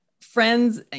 friends